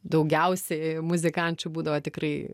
daugiausiai muzikančių būdavo tikrai